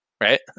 Right